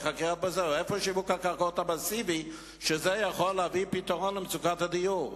איפה שיווק הקרקעות המסיבי שיכול לתת פתרון למצוקת הדיור?